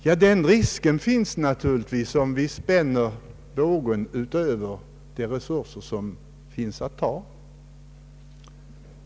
Ja, den risken finns naturligtvis om vi spänner bågen högre än resurserna tillåter.